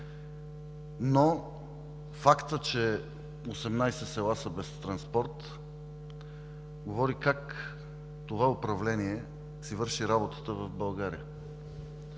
но фактът, че 18 села са без транспорт, говори как това управление си върши работата в България.